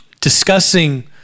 discussing